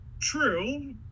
True